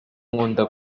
nkunda